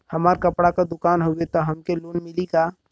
हमार कपड़ा क दुकान हउवे त हमके लोन मिली का?